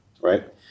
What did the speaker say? right